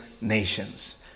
nations